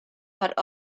but